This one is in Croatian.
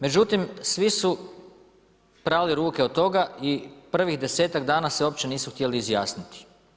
Međutim, svi su prali ruke od toga i prvih 10-tak dana se uopće nisu htjeli izjasniti.